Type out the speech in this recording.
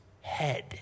head